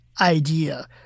idea